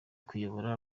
kuyobora